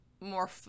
more